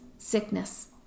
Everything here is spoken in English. sickness